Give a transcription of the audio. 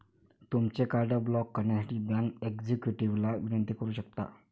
तुमचे card block करण्यासाठी bank एक्झिक्युटिव्हला विनंती करू शकता